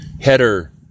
header